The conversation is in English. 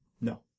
No